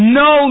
no